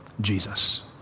Jesus